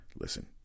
Listen